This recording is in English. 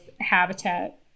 habitat